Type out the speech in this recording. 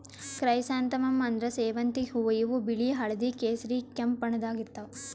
chrysanthemum ಅಂದ್ರ ಸೇವಂತಿಗ್ ಹೂವಾ ಇವ್ ಬಿಳಿ ಹಳ್ದಿ ಕೇಸರಿ ಕೆಂಪ್ ಬಣ್ಣದಾಗ್ ಇರ್ತವ್